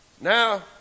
Now